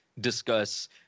discuss